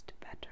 better